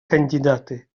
кандидаты